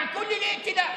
ולאחר מכן אני אתאם,